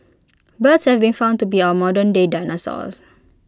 birds have been found to be our modernday dinosaurs